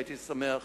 הייתי שמח